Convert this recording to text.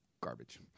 garbage